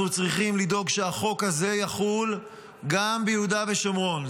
אנחנו צריכים לדאוג שהחוק הזה יחול גם ביהודה ושומרון.